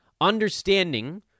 understanding